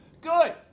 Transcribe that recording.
Good